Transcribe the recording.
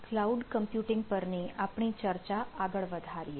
cloud computing પરની આપણી ચર્ચા આગળ વધારીએ